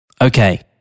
Okay